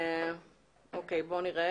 אנחנו נבדוק